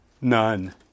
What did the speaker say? None